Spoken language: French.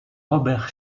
robert